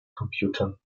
computern